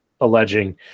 alleging